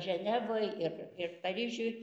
ženevoj ir paryžiuj